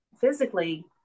physically